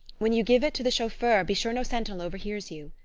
when you give it to the chauffeur, be sure no sentinel overhears you.